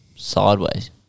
Sideways